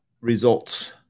results